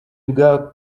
bwa